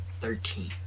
thirteen